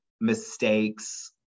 mistakes